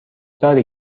داری